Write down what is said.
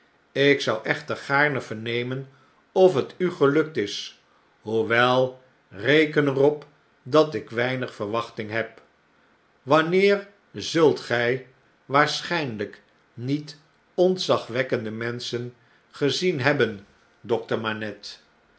ik zou echter gaarne vernemen of het u gelukt is hoewel reken er op dat ik weinig verwachting heb wanneer zult gjj waarschijnljjk niet ontzagwekkendemenschengezien hebben dokter manette